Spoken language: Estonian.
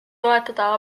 toetada